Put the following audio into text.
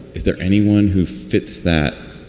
is there anyone who fits that